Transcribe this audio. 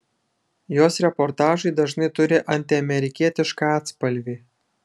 jos reportažai dažnai turi antiamerikietišką atspalvį